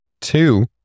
Two